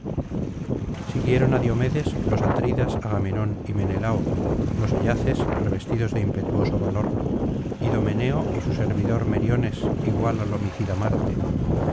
siguieron á diomedes los atridas agamenón y menelao los ayaces revestidos de impetuoso valor idomeneo y su servidor meriones igual al homicida marte